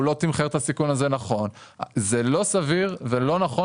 הוא לא תמחר את הסיכון הזה נכון - זה לא סביר ולא נכון